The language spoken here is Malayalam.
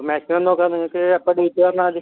മാക്സിമം നോക്കാം നിങ്ങൾക്ക് എപ്പഴാ ഡേറ്റ് പറഞ്ഞാൽ മതി